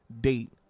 date